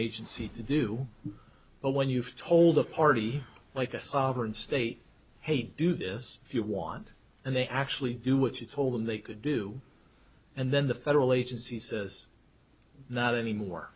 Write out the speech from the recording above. agency to do but when you've told a party like a sovereign state hey do this if you want and they actually do what you told them they could do and then the federal agency says not anymore